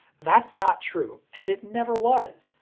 that's not true. and it never was.